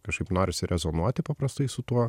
kažkaip norisi rezonuoti paprastai su tuo